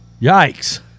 Yikes